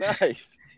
nice